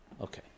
Okay